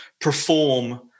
perform